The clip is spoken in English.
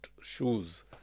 shoes